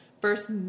first